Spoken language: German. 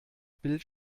bild